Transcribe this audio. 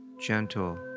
gentle